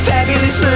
Fabulous